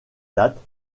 date